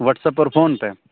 WhatsApp پر اور phone پہ